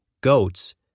goats